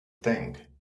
thing